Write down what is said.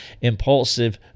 impulsive